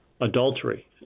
adultery